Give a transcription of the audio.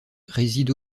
réside